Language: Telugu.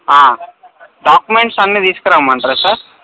డాక్యుమెంట్స్ అన్నీ తీసుకురమ్మంటారా సార్